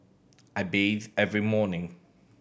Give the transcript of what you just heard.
I bathe every morning